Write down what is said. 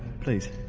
please.